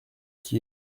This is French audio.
qui